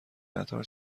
قطار